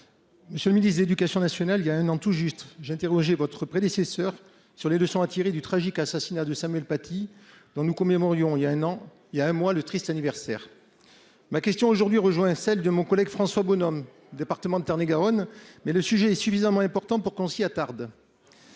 Monsieur le ministre de l'éducation nationale, il y a un an tout juste, j'interrogeais votre prédécesseur sur les leçons à tirer du tragique assassinat de Samuel Paty, dont nous célébrions il y a un mois le triste anniversaire. Ma question rejoint celle de mon collègue François Bonhomme, qui évoquait le département de Tarn-et-Garonne, mais le sujet est suffisamment important pour qu'on s'y attarde.